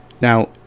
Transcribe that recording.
Now